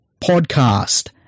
Podcast